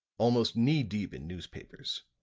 almost knee-deep in newspapers.